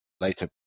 later